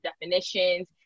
definitions